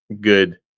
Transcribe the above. good